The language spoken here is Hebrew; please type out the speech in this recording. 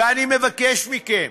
ואני מבקש מכם: